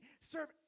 serve